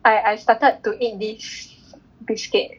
I I started to eat eat this biscuit